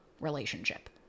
relationship